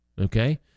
Okay